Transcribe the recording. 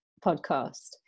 podcast